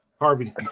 Harvey